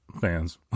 fans